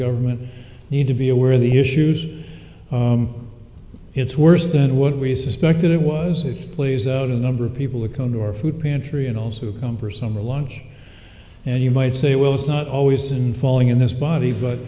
women need to be aware of the issues it's worse than what we suspect it was it plays out of number of people who come to our food pantry and also come for summer lunch and you might say well it's not always been falling in this body but